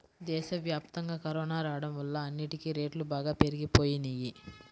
దేశవ్యాప్తంగా కరోనా రాడం వల్ల అన్నిటికీ రేట్లు బాగా పెరిగిపోయినియ్యి